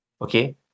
Okay